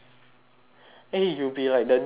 eh you'll be like the new gina